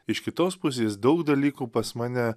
iš kitos pusės daug dalykų pas mane